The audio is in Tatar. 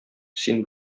син